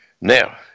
Now